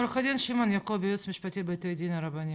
עורך הדין שמעון יעקבי יועץ משפטי בבתי הדין רבניים,